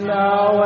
now